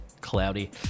cloudy